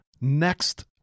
next